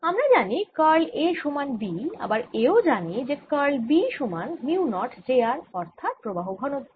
আমরা জানি curl A সমান B আবার এও জানি যে কার্ল B সমান মিউ নট j r অর্থাৎ প্রবাহ ঘনত্ব